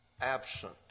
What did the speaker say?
absent